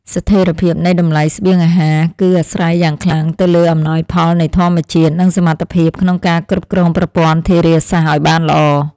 ស្ថិរភាពនៃតម្លៃស្បៀងអាហារ គឺអាស្រ័យយ៉ាងខ្លាំងទៅលើអំណោយផលនៃធម្មជាតិ និងសមត្ថភាពក្នុងការគ្រប់គ្រងប្រព័ន្ធធារាសាស្ត្រឱ្យបានល្អ។